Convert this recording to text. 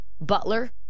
Butler